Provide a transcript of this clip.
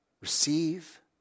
receive